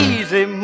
Easy